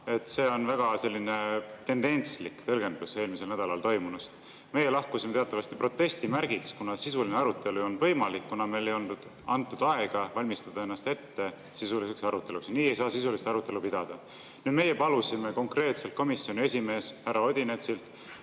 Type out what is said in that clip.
et see on väga tendentslik tõlgendus eelmisel nädalal toimunust. Meie lahkusime teatavasti protesti märgiks, kuna sisuline arutelu ei olnud võimalik, kuna meile ei antud aega valmistada ennast sisuliseks aruteluks ette ja nii ei saa sisulist arutelu pidada. Meie palusime konkreetselt komisjoni esimehelt härra Odinetsilt,